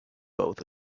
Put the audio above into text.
both